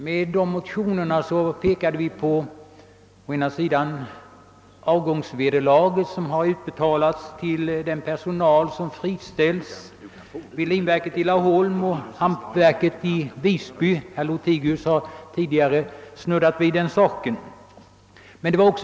I dessa motioner pekade vi på de avgångsvederlag som utbetalats till personal som friställts vid linberedningsverket i Laholm och hampberedningsverket i Visby — herr Lothigius snuddade något vid saken i sitt anförande.